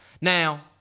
Now